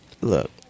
Look